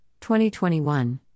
2021